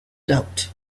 doubt